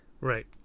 right